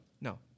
no